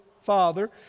father